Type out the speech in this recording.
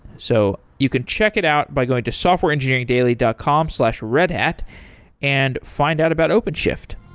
so you could check it out by going to softwareengineeringdaily dot com slash redhat and find out about openshift